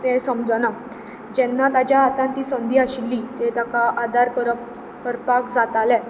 तें समजना जेन्ना ताच्या हातांत ती संदी आशिल्ली ताका आदार करप करपाक जातालें